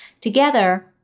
Together